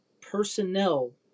personnel